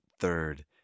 third